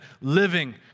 living